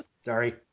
Sorry